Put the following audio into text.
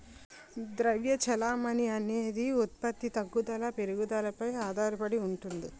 ద్రవ్య చెలామణి అనేది ఉత్పత్తి తగ్గుదల పెరుగుదలపై ఆధారడి ఉంటుంది